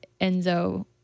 Enzo